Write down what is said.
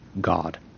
God